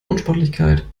unsportlichkeit